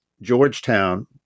Georgetown